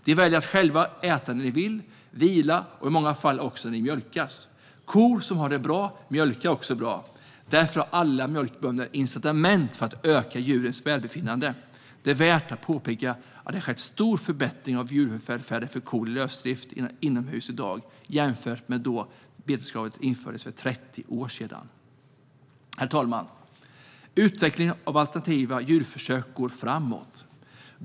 De väljer själva när de ska äta och vila och i många fall också när de ska mjölkas. Kor som har det bra mjölkar också bra. Därför har alla mjölkbönder incitament att öka djurens välbefinnande. Det är värt att påpeka att det har skett en stor förbättring av djurvälfärden för kor i lösdrift inomhus i dag jämfört med då beteskravet infördes för 30 år sedan. Herr talman! Utvecklingen av alternativa djurförsök går framåt.